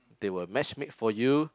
they will matchmake for you